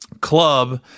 club